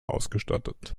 ausgestattet